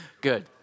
good